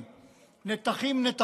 אבן, הוא אמר.